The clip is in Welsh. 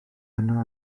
yno